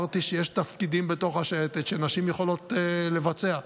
אמרתי שיש תפקידים בתוך השייטת שנשים יכולות לבצע.